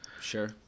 Sure